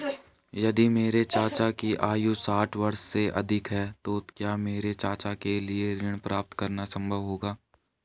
यदि मेरे चाचा की आयु साठ वर्ष से अधिक है तो क्या मेरे चाचा के लिए ऋण प्राप्त करना संभव होगा?